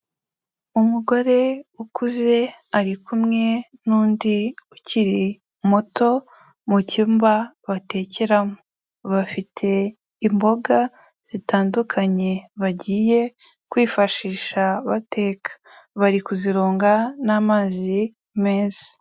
Umugore ukuze ari kumwe n'undi ukiri muto mu cyumba batekeramo. Bafite imboga zitandukanye bagiye kwifashisha bateka. Bari kuzironga n'amazi meza.